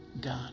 God